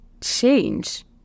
change